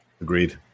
Agreed